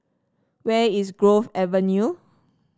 where is Grove Avenue